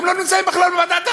אתם לא נמצאים בכלל בוועדת החינוך.